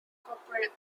corporate